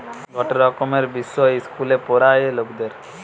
গটে রকমের বিষয় ইস্কুলে পোড়ায়ে লকদের